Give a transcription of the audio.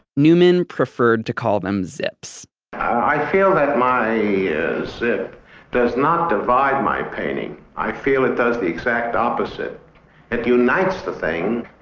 newman preferred to call them zips i feel that my zip does not divide my painting. i feel it does the exact opposite. it unites the thing.